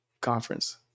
conference